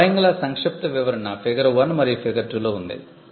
డ్రాయింగ్ల సంక్షిప్త వివరణ ఫిగర్ 1 మరియు ఫిగర్ 2 లో ఉంది